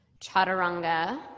Chaturanga